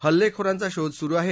हल्लेखोरांचा शोध सुरु आहे